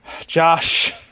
Josh